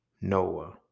Noah